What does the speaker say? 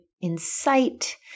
incite